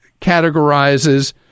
categorizes